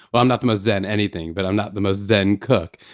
well, i'm not the most zen anything but i'm not the most zen cook.